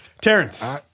Terrence